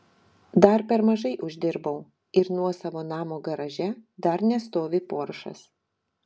dar per mažai uždirbau ir nuosavo namo garaže dar nestovi poršas